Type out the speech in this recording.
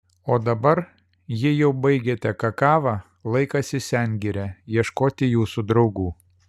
o dabar jei jau baigėte kakavą laikas į sengirę ieškoti jūsų draugų